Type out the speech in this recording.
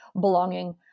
belonging